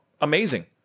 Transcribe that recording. Amazing